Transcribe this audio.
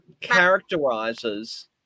characterizes